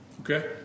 Okay